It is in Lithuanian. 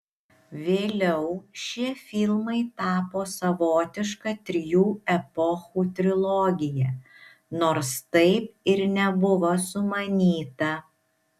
vėliau šie filmai tapo savotiška trijų epochų trilogija nors taip ir nebuvo sumanyta